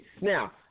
Now